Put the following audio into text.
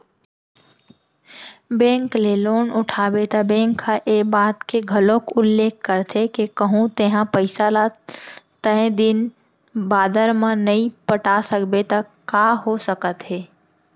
bank ले loan उठाबे त बेंक ह ए बात के घलोक उल्लेख करथे के कहूँ तेंहा पइसा ल तय दिन बादर म नइ पटा सकबे त का हो सकत हे